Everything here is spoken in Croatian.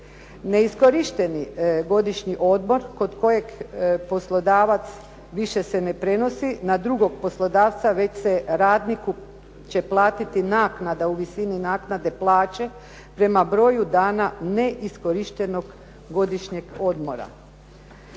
Neiskorišteni godišnji odmor kod kojeg poslodavac više se ne prenosi na drugog poslodavca, već se radnu plaća naknada u visini naknade plaće prema broju dana neiskorištenog godišnjeg odmora.